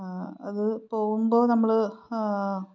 അത് പോകുമ്പോള് നമ്മള്